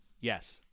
Yes